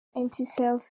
etincelles